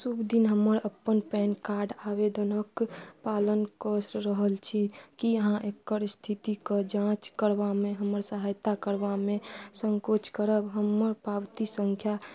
शुभ दिन हमर अपन पैन कार्ड आवेदनक पालन कऽ रहल छी कि अहाँ एकर इस्थितिके जाँच करबामे हमर सहायता करबामे सँकोच करब हमर पावती सँख्या